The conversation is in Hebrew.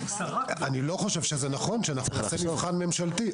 אני לא חושב שזה נכון שנעשה מבחן ממשלתי,